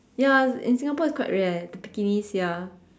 ya in Singapore is quite rare the Pekingese ya